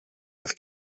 with